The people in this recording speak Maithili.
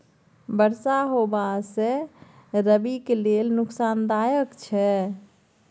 बरसा होबा से रबी के लेल नुकसानदायक छैय?